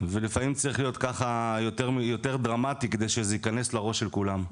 ולפעמים צריך להיות יותר דרמטי כדי שזה יכנס לראש של כולם.